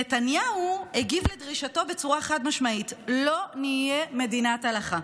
נתניהו הגיב לדרישתו בצורה חד-משמעית: לא נהיה מדינת הלכה.